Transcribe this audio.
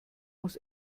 muss